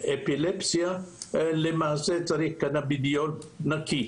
כשמדובר באפילפסיה, למעשה צריך קנבידיול נקי,